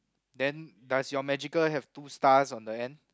then does your magical have two stars on the hand